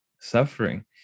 suffering